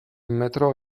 metro